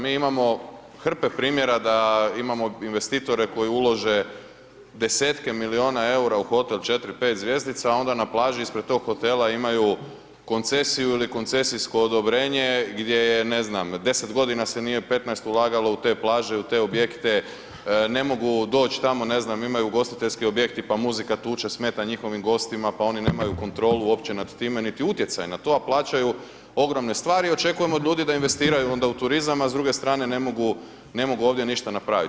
Mi imamo hrpe primjera da imamo investitore koji ulože desetke milijuna EUR-a u hotel 4-5 zvjezdica, onda na plaži ispred tog hotela imaju koncesiju ili koncesijsko odobrenje gdje je, ne znam, 10.g. se nije, 15 ulagalo u te plaže, u te objekte, ne mogu doć tamo, ne znam, imaju ugostiteljski objekti, pa mu muzika tuče, smeta njihovim gostima, pa oni nemaju kontrolu uopće nad time, niti utjecaj na to, a plaćaju ogromne stvari, očekujemo od ljudi da investiraju onda u turizam, a s druge strane ne mogu, ne mogu ovdje ništa napraviti.